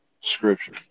scripture